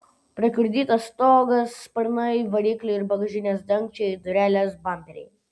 prakiurdytas stogas sparnai variklio ir bagažinės dangčiai durelės bamperiai